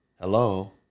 Hello